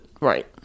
right